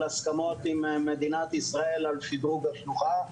הסכמות עם מדינת ישראל על שדרוג השלוחה.